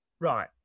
right